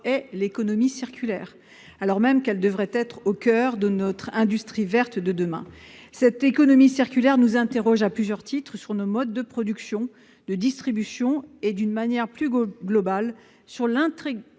est l'économie circulaire, alors même qu'elle devrait être au coeur de notre industrie verte de demain. L'économie circulaire nous amène à nous interroger à plusieurs titres sur nos modes de production et de distribution, et d'une manière plus globale sur l'intégration